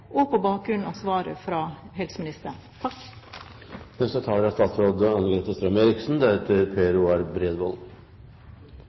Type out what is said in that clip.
og på bakgrunn av svaret fra helseministeren.